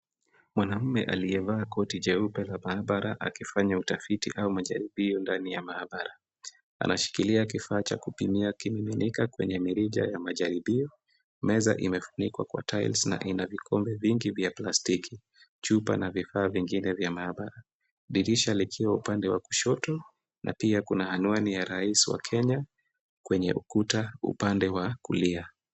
Mwanaume aliyevaa koti jeupe la maabara akifanya utafiti au majaribio ndani ya maabara. Anashikilia kifaa cha kupimia kimiminika kwenye mirija ya majaribio. Meza imefunikwa kwa tiles na ina vikombe vingi vya plastiki, chupa na vifaa vingine vya maabara, dirisha likiwa upande wa kushoto na pia kuna anwani ya rais wa Kenya kwenye ukuta upande wa kulia.